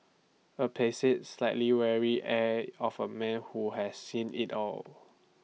A placid slightly weary air of A man who has seen IT all